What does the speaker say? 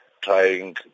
trying